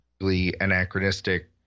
anachronistic